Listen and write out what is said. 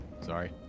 sorry